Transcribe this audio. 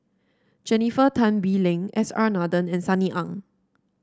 Jennifer Tan Bee Leng S R Nathan and Sunny Ang